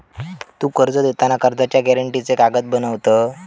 तु कर्ज देताना कर्जाच्या गॅरेंटीचे कागद बनवत?